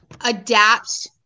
adapt